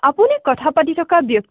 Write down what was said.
আপুনি কথা পাতি থকা ব্যক্তি